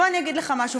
בוא אני אגיד לך משהו,